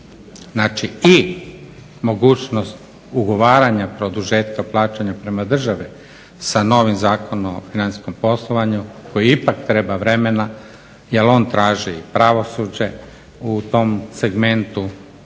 znači i mogućnost ugovaranja produžetka plaćanja prema državi sa novim Zakonom o financijskom poslovanju koji ipak treba vremena jer on traži i pravosuđe u tom segmentu,